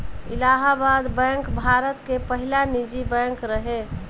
Allahabad bank Bharat के पहिला निजी बैंक रहे